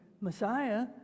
Messiah